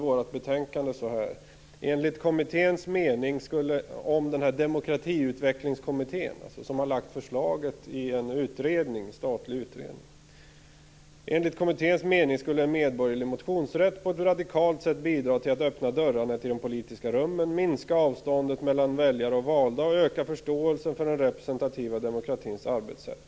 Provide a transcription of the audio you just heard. I betänkandet står det: "Enligt kommitténs" - alltså Demokratiutvecklingskommittén som har lagt fram förslaget i en statlig utredning - "mening skulle en medborgerlig motionsrätt på ett radikalt sätt bidra till att öppna dörrarna till de politiska rummen, minska avståndet mellan väljare och valda och öka förståelsen för den representativa demokratins arbetssätt.